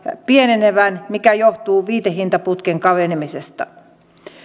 pienenevän mikä johtuu viitehintaputken kapenemisesta